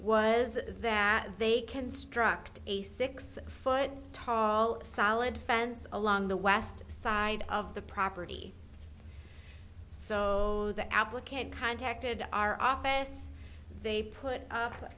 was that they construct a six foot tall solid fence along the west side of the property so the applicant contacted our office they put up